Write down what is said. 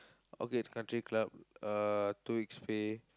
Orchid Country Club uh two weeks pay